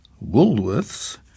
Woolworth's